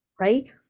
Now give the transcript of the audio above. right